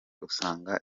usanga